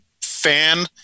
fan